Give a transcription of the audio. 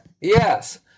Yes